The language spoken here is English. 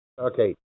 Okay